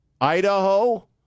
Idaho